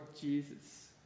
Jesus